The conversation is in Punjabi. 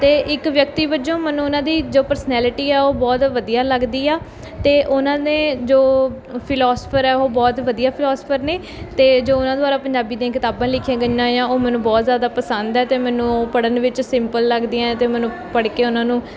ਅਤੇ ਇੱਕ ਵਿਅਕਤੀ ਵਜੋਂ ਮੈਨੂੰ ਉਨ੍ਹਾਂ ਦੀ ਜੋ ਪਰਸਨੈਲਿਟੀ ਆ ਉਹ ਬਹੁਤ ਵਧੀਆ ਲੱਗਦੀ ਆ ਅਤੇ ਉਹਨਾਂ ਨੇ ਜੋ ਫਿਲੋਸਫਰ ਹੈ ਉਹ ਬਹੁਤ ਵਧੀਆ ਫਿਲੋਸਫਰ ਨੇ ਅਤੇ ਜੋ ਉਹਨਾਂ ਦੁਆਰਾ ਪੰਜਾਬੀ ਦੀਆਂ ਕਿਤਾਬਾਂ ਲਿਖੀਆਂ ਗਈਆਂ ਆ ਉਹ ਮੈਨੂੰ ਬਹੁਤ ਜ਼ਿਆਦਾ ਪਸੰਦ ਆ ਅਤੇ ਮੈਨੂੰ ਉਹ ਪੜ੍ਹਨ ਵਿੱਚ ਸਿੰਪਲ ਲੱਗਦੀਆਂ ਅਤੇ ਮੈਨੂੰ ਪੜ੍ਹ ਕੇ ਉਹਨਾਂ ਨੂੰ